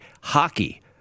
Hockey